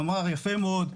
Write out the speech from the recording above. הוא אמר: יפה מאוד,